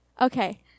Okay